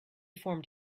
formed